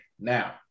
now